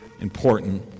important